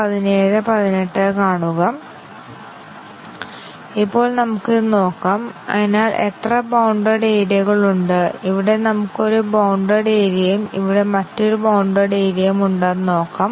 അതിനാൽ ഒരു തെളിവും നൽകാതെ ഒരു compound conditional expression n basic വ്യവസ്ഥകൾ ഉള്ളപ്പോൾ നമുക്ക് n 1 ടെസ്റ്റ് കേസുകൾ ആവശ്യമാണെന്ന് അനുമാനിക്കും